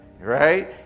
Right